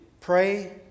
pray